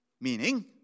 Meaning